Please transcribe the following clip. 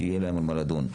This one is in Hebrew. שיהיה להם על מה לדון.